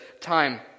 time